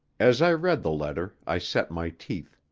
as i read the letter i set my teeth.